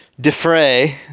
defray